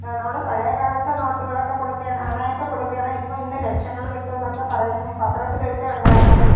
നമ്മുടെ പഴയ കാലത്തെ നോട്ടുകളൊക്കെ കൊടുക്കുകയാണേ അണയൊക്കെ കൊടുക്കുകയാണേ ഇപ്പോൾ ഇന്ന് ലക്ഷങ്ങൾ കിട്ടും എന്നൊക്കെ പറഞ്ഞു പത്രത്തിൽ ഒരിക്കൽ ഉണ്ടായിരുന്നു